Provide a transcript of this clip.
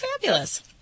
fabulous